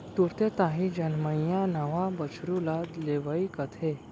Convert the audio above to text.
तुरते ताही जनमइया नवा बछरू ल लेवई कथें